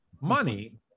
Money